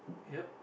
yup